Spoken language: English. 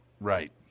Right